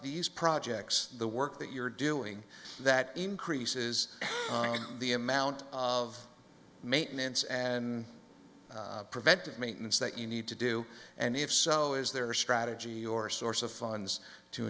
these projects the work that you're doing that increases the amount of maintenance and preventive maintenance that you need to do and if so is there a strategy or source of funds to